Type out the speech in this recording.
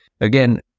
again